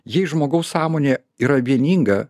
jei žmogaus sąmonė yra vieninga